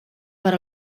per